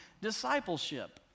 discipleship